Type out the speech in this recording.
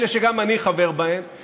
אלה שגם אני חבר בהן,